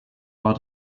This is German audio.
war